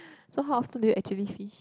so how often do you actually fish